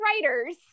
writers